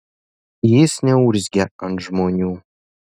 jis neurzgia ant žmonių